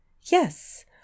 Yes